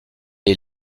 est